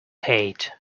hate